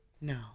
No